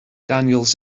daniels